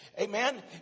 Amen